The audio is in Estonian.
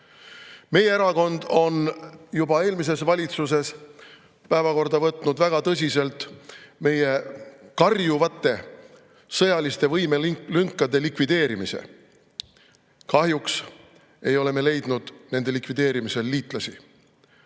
Meie erakond võttis juba eelmises valitsuses väga tõsiselt päevakorda meie karjuvate sõjaliste võimelünkade likvideerimise. Kahjuks ei ole me leidnud nende likvideerimisel liitlasi.